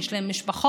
יש להם משפחות,